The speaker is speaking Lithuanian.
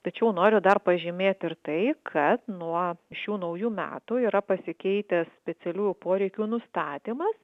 tačiau noriu dar pažymėti ir tai kad nuo šių naujų metų yra pasikeitęs specialiųjų poreikių nustatymas